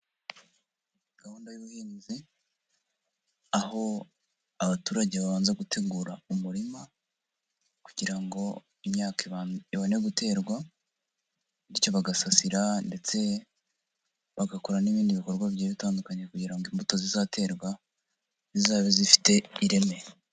Gahunda y'ubuhinzi aho abaturage babanza gutegura umurima kugira ngo imyaka ibone guterwa bityo bagasasira ndetse bagakora n'ibindi bikorwa bigiye bitandukanye kugira ngo imbuto zizaterwa zizabe zifite ireme.